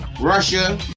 Russia